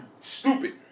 stupid